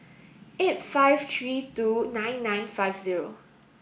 eight five three two nine nine five zero